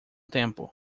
tempo